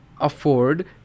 afford